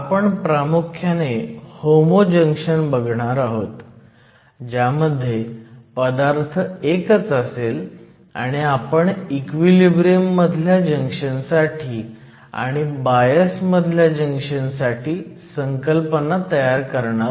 आपण प्रामुख्याने homo junction बघणार आहोत ज्यामध्ये पदार्थ एकच असेल आणि आपण इक्विलिब्रियम मधल्या जंक्शन साठी आणि बायस मधल्या जंक्शन साठी संकल्पना तयार करूयात